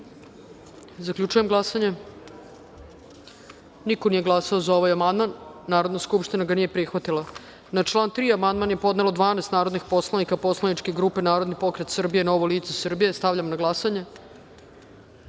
glasanje. Zaključujem glasanje: niko nije glasao za ovaj amandman. Narodna skupština ga nije prihvatila. Na član 3. amandman je podnelo 12. narodnih poslanika poslaničke grupe Narodni pokret Srbije – Novo lice Srbije. Stavljam na